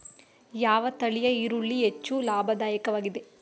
ಯಾವ ತಳಿಯ ಈರುಳ್ಳಿ ಹೆಚ್ಚು ಲಾಭದಾಯಕವಾಗಿದೆ?